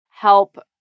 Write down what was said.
help